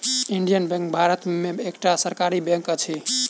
Indian Bank Bharat में एकटा सरकारी बैंक अछि